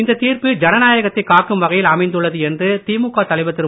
இந்தத் தீர்ப்பு ஜனநாயகத்தை காக்கும் வகையில் அமைந்துள்ளது என்று திமுக தலைவர் திரு